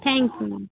thank you